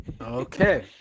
Okay